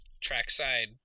trackside